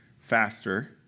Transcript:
faster